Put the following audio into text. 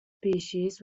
species